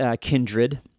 kindred